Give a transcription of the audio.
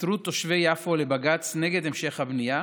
עתרו תושבי יפו לבג"ץ נגד המשך הבנייה,